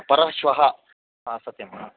परश्वः हा सत्यम्